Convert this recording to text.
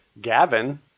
Gavin